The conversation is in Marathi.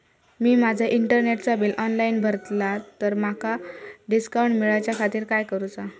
मी माजा इंटरनेटचा बिल ऑनलाइन भरला तर माका डिस्काउंट मिलाच्या खातीर काय करुचा?